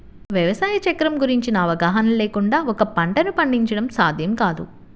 వ్యవసాయ చక్రం గురించిన అవగాహన లేకుండా ఒక పంటను పండించడం సాధ్యం కాదు